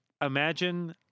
imagine